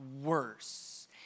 worse